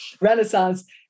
renaissance